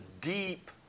deep